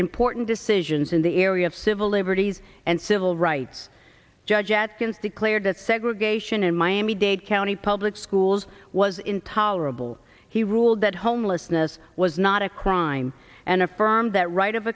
important decisions in the area of civil liberties and civil rights judge atkins declared that segregation in miami dade county public schools was intolerable he ruled that homelessness was not a crime and affirmed that right of